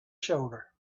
shoulder